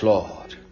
Lord